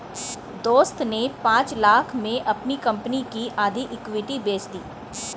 दोस्त ने पांच लाख़ में अपनी कंपनी की आधी इक्विटी बेंच दी